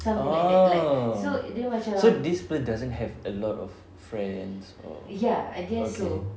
oh so this people doesn't have a lot of friends or okay